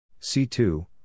C2